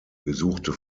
besuchte